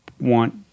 want